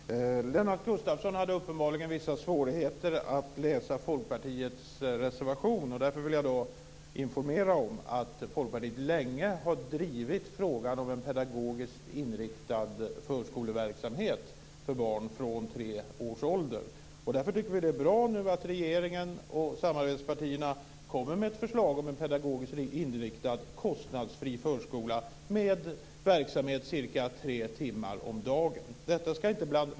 Fru talman! Lennart Gustavsson hade uppenbarligen vissa svårigheter att läsa Folkpartiets reservation. Därför vill jag informera om att Folkpartiet länge har drivit frågan om en pedagogiskt inriktad förskoleverksamhet för barn från tre års ålder. Därför tycker vi att det är bra att regeringen och samarbetspartierna nu kommer med ett förslag om en pedagogiskt inriktad, kostnadsfri förskola med verksamhet cirka tre timmar om dagen.